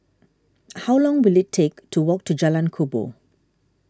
how long will it take to walk to Jalan Kubor